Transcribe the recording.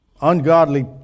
ungodly